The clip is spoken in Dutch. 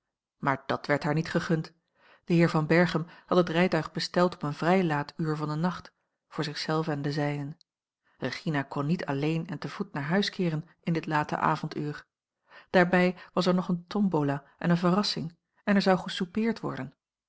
maar dàt werd haar niet gegund de heer van berchem had het rijtuig besteld op een vrij laat uur van den nacht voor zich zelven en de zijnen regina kon niet alleen en te voet naar huis keeren in dit late avonduur daarbij er was nog eene tombola en een verrassing en er zou gesoupeerd worden